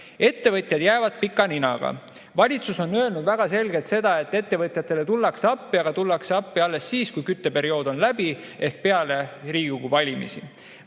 Ettevõtjad jäävad pika ninaga. Valitsus on öelnud väga selgelt, et ettevõtjatele tullakse appi, aga tullakse appi alles siis, kui kütteperiood on läbi ehk peale Riigikogu valimisi.